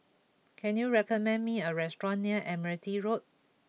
can you recommend me a restaurant near Admiralty Road